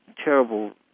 terrible